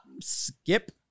Skip